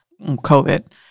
COVID